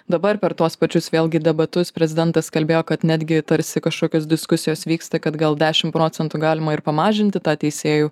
dabar per tuos pačius vėlgi debatus prezidentas kalbėjo kad netgi tarsi kažkokios diskusijos vyksta kad gal dešim procentų galima ir pamažinti tą teisėjų